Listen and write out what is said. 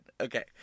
Okay